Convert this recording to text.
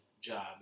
job